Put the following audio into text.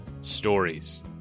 stories